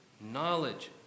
knowledge